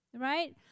right